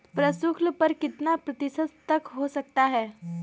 प्रशुल्क कर कितना प्रतिशत तक हो सकता है?